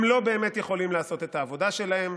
הם לא באמת יכולים לעשות את העבודה שלהם.